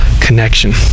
connection